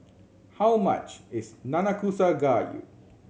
how much is Nanakusa Gayu